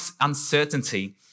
uncertainty